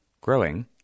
growing